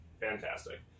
fantastic